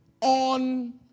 on